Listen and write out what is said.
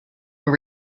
were